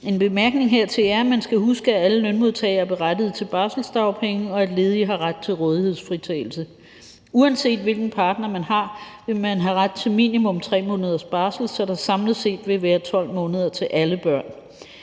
En bemærkning hertil er, at man skal huske, at alle lønmodtagere er berettiget til barselsdagpenge, og at ledige har ret til rådighedsfritagelse. Uanset hvilken partner man har, vil man have ret til minimum 3 måneders barsel, så der samlet set vil være 12 måneder i